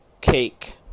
cake